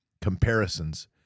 comparisons